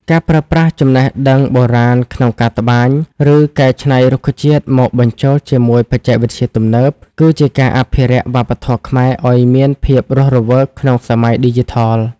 ការប្រើប្រាស់ចំណេះដឹងបុរាណក្នុងការត្បាញ ឬកែច្នៃរុក្ខជាតិមកបញ្ចូលជាមួយបច្ចេកវិទ្យាទំនើប គឺជាការអភិរក្សវប្បធម៌ខ្មែរឱ្យមានភាពរស់រវើកក្នុងសម័យឌីជីថល។